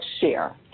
share